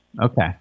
Okay